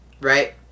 right